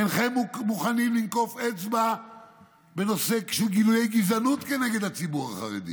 אינכם מוכנים לנקוף אצבע בנושא של גילויי גזענות נגד הציבור החרדי.